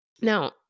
Now